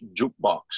jukebox